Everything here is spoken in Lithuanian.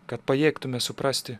kad pajėgtume suprasti